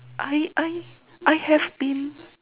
I I I have been